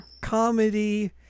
comedy